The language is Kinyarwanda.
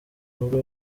nubwo